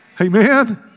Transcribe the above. Amen